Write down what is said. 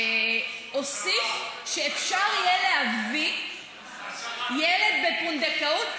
הוסיף שאפשר יהיה להביא ילד בפונדקאות,